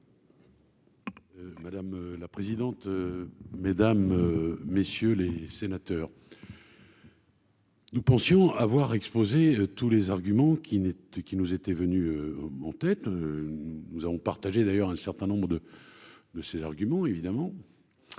Madame la présidente, mesdames, messieurs les sénateurs. Nous pensions avoir exposé tous les arguments qui n'qui nous était venu en tête, nous avons partagé d'ailleurs un certain nombre de de ses arguments, évidemment,